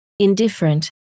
indifferent